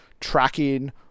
tracking